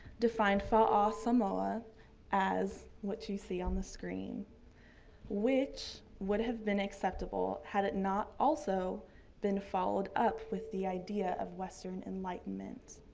defined fa'asamoa as what you see on the screen which would have been acceptable had it not also been followed up with the idea of western enlightenment.